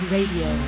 Radio